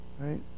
right